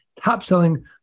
top-selling